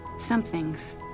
somethings